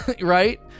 right